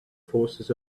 forces